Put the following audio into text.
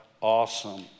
awesome